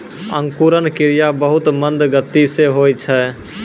अंकुरन क्रिया बहुत मंद गति सँ होय छै